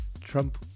Trump